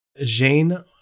Jane